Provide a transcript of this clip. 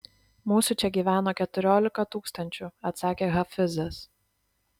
mūsų čia gyveno keturiolika tūkstančių atsakė hafizas